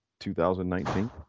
2019